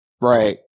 Right